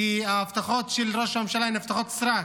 כי ההבטחות של ראש הממשלה הן הבטחות סרק.